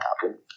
happen